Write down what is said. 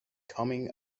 coming